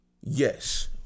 Yes